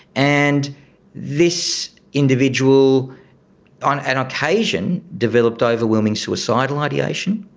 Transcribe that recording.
and this individual on an occasion developed overwhelming suicidal ideation,